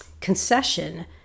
concession